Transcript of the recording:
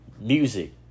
Music